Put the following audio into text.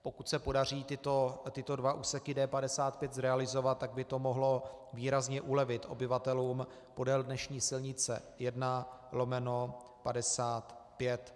Pokud se podaří tyto dva úseky D55 realizovat, tak by to mohlo výrazně ulevit obyvatelům podél dnešní silnice I/55.